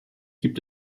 gibt